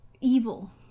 evil